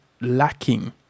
lacking